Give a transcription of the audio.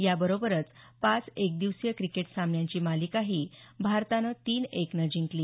याबरोबरच पाच एकदिवसीय क्रिकेट सामन्यांची मालिकाही भारतानं तीन एकनं जिंकली